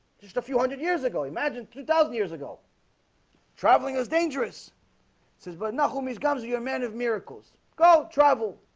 just a few hundred years ago imagine two thousand years ago travelling is dangerous says, but now whom he's come to you're a man of miracles go travel